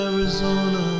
Arizona